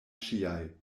ŝiaj